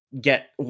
get